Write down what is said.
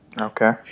Okay